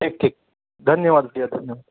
ठीक ठीक धन्यवाद भैया धन्यवा